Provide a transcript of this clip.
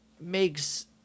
makes